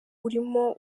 urimo